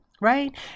right